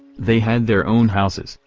they had their own houses,